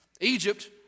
Egypt